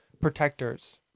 protectors